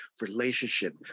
relationship